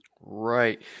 Right